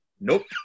Nope